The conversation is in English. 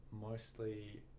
mostly